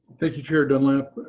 thank you, chair dunlap.